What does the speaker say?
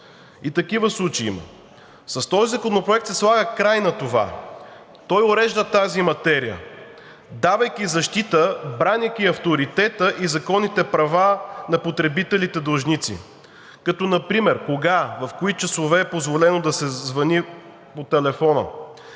и такива случи, със Законопроекта се слага край на това. Той урежда тази материя, давайки защита, бранейки авторитета и законните права на потребителите длъжници като например: кога, в кои часове е позволено да се звъни по телефона;